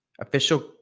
official